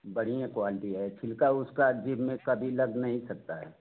बढ़िया क्वालटी है छिलका उसका जीब में कभी लग नहीं सकता है